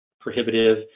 prohibitive